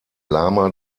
lama